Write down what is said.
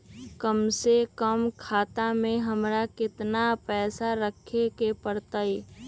कम से कम खाता में हमरा कितना पैसा रखे के परतई?